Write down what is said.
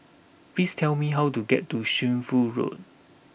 please tell me how to get to Shunfu Road